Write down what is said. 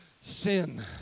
sin